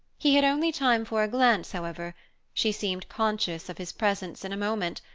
he had only time for a glance, however she seemed conscious of his presence in a moment,